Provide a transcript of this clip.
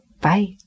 Bye